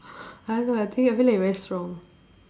I don't know I think I feel like he very strong